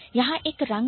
यहां एक रंग है